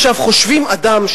חושבים אדם,